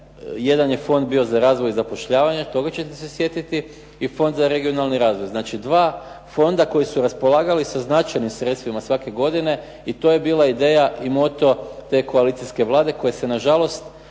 Jedan je fond bio za razvoj i zapošljavanje, toga ćete se sjetiti i Fond za regionalni razvoj. Znači 2 fonda koji su raspolagali sa značajnim sredstvima svake godine i to je bila ideja i moto te koalicijske Vlade koja se nažalost